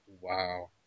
Wow